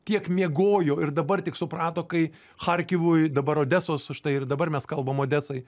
tiek miegojo ir dabar tik suprato kai charkivui dabar odesos štai ir dabar mes kalbam odesai